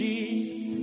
Jesus